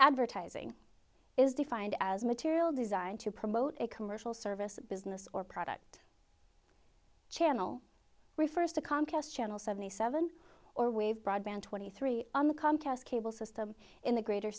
advertising is defined as material designed to promote a commercial service a business or product channel refers to comcast channel seventy seven or waive broadband twenty three on the comcast cable system in the greater